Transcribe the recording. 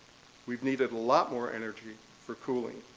we've needed a lot more energy for cooling.